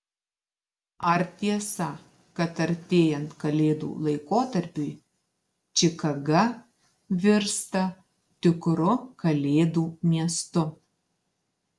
ar tiesa kad artėjant kalėdų laikotarpiui čikaga virsta tikru kalėdų miestu